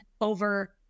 over